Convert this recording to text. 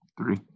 three